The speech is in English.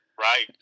Right